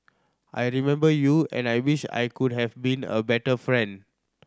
I remember you and I wish I could have been a better friend